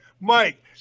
Mike